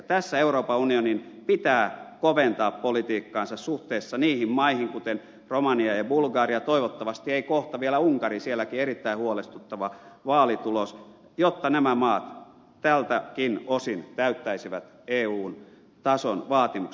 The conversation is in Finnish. tässä euroopan unionin pitää koventaa politiikkaansa suhteessa sellaisiin maihin kuin romania ja bulgaria toivottavasti ei kohta vielä unkari sielläkin on erittäin huolestuttava vaalitulos jotta nämä maat tältäkin osin täyttäisivät eun tason vaatimukset